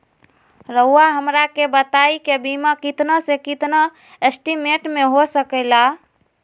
रहुआ हमरा के बताइए के बीमा कितना से कितना एस्टीमेट में हो सके ला?